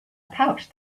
pouch